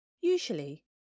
Usually